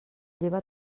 lleva